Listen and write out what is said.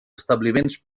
establiments